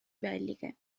belliche